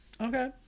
Okay